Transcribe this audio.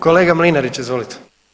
Kolega Mlinarić, izvolite.